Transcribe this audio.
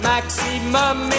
Maximum